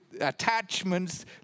attachments